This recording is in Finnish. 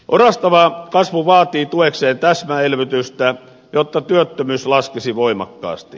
orastava kasvu vaatii tuekseen täsmäelvytystä jotta työttömyys laskisi voimakkaasti